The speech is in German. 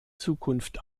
zukunft